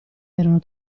erano